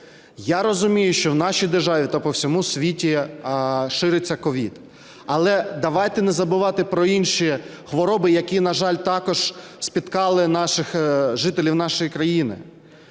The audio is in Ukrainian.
Я розумію, що в нашій державі та по всьому світу шириться COVID, але давайте не забувати про інші хвороби, які, на жаль, також спіткали жителів нашої країни.